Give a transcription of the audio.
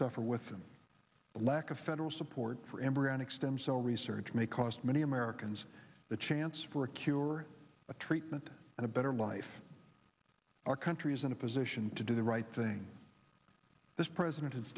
suffer with them the lack of federal support for embryonic stem cell research may cost many americans the chance for a cure or a treatment and a better life our country is in a position to do the right thing this president has